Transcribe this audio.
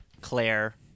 claire